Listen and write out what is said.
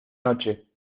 noche